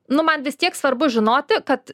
nu man vis tiek svarbu žinoti kad